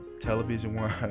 television-wise